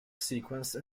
sequence